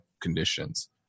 conditions